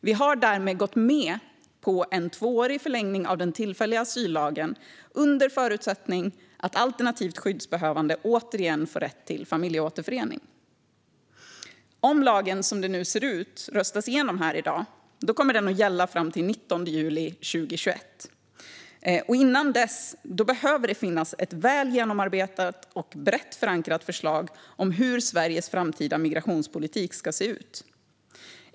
Vi har därmed gått med på en tvåårig förlängning av den tillfälliga asyllagen under förutsättning att alternativt skyddsbehövande återigen får rätt till familjeåterförening. Om lagen, som det nu ser ut, röstas igenom här i dag kommer den att gälla fram till den 19 juli 2021. Innan dess behöver det finnas ett väl genomarbetat och brett förankrat förslag om hur Sveriges framtida migrationspolitik ska se ut.